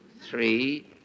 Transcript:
three